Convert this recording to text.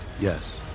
Yes